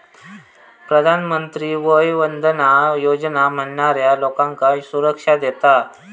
प्रधानमंत्री वय वंदना योजना म्हाताऱ्या लोकांका सुरक्षा देता